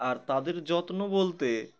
আর তাদের যত্ন বলতে